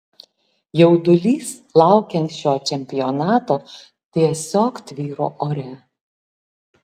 jaudulys laukiant šio čempionato tiesiog tvyro ore